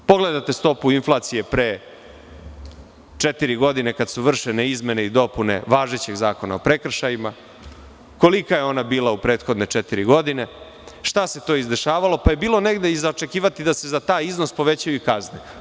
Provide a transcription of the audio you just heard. Pogledajte stopu inflacije pre četiri godine kada su vršene izmene i dopune važećeg Zakona o prekršajima, kolika je ona bila u prethodne četiri godine, šta se to izdešavalo, pa je bilo negde i za očekivati da se za taj iznos povećaju i kazne.